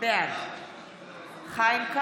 בעד חיים כץ,